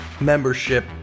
membership